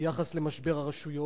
ביחס למשבר הרשויות.